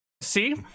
See